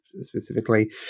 specifically